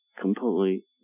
completely